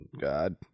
god